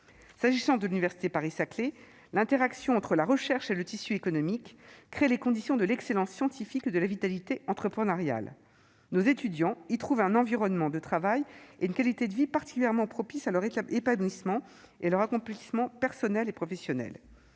Concernant l'université Paris-Saclay, l'interaction entre la recherche et le tissu économique crée les conditions de l'excellence scientifique et de la vitalité entrepreneuriale. Nos étudiants y trouvent un environnement de travail et une qualité de vie particulièrement propices à leur épanouissement et à leur accomplissement personnel et professionnel.